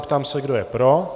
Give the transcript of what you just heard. Ptám se, kdo je pro.